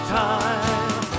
time